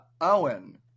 Owen